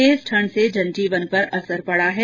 तेज ठंड से जनजीवन पर असर पड़ा है